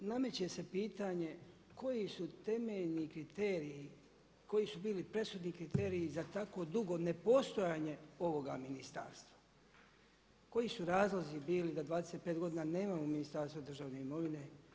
I nameće se pitanje koji su temeljni kriteriji, koji su bili presudni kriteriji za tako dugo nepostojanje ovoga ministarstva, koji su razlozi bili da 25 godina nemamo Ministarstva državne imovine.